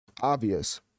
obvious